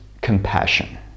compassion